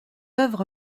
œuvre